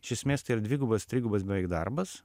iš esmės tai yra dvigubas trigubas beveik darbas